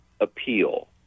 appeal